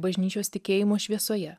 bažnyčios tikėjimo šviesoje